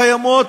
קיימות,